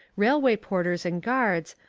railway porters and guards,